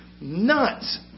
nuts